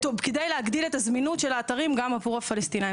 כדי להגדיל את הזמינות של האתרים גם עבור הפלסטינים,